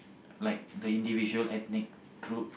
like the individual ethnic group